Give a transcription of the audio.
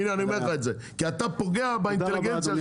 הנה אני אומר לך את זה כי אתה פוגע באינטליגנציה שלנו.